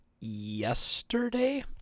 yesterday